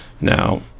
now